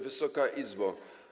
Wysoka Izbo!